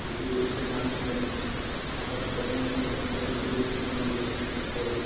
দুপুরে এসে লাঞ্চ করলাম আবার সবাই মিলে বন্ধুরা একটু রেস্ট নিলাম রেস্ট নেওয়ার পরে